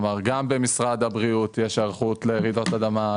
גם במשרד הבריאות יש היערכות לרעידות אדמה,